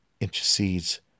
intercedes